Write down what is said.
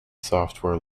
software